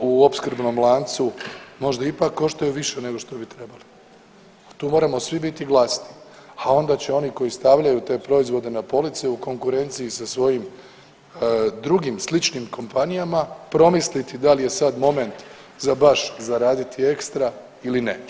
u opskrbnom lancu možda ipak koštaju više nego što bi trebali, a tu moramo svi biti glasni, ha onda će oni koji stavljaju te proizvode na police u konkurenciji sa svojim drugim sličnim kompanijama promisliti da li je sada moment za baš za raditi ekstra ili ne.